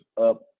up